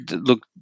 look